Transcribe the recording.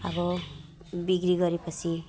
अब बिक्री गरे पछि